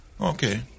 Okay